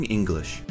English